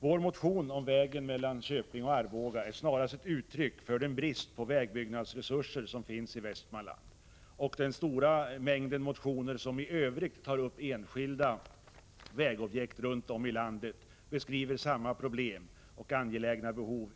Vår motion om vägen mellan Köping och Arboga är snarast ett uttryck för den brist på vägbyggnadsresurser som råder i Västmanland. I den stora mängd motioner i övrigt där enskilda vägobjekt runt om i landet tas upp beskrivs samma problem och angelägna behov.